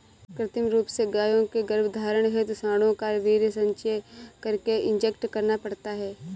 कृत्रिम रूप से गायों के गर्भधारण हेतु साँडों का वीर्य संचय करके इंजेक्ट करना पड़ता है